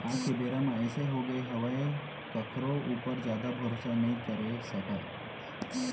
आज के बेरा म अइसे होगे हावय कखरो ऊपर जादा भरोसा नइ करे सकस